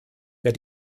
wer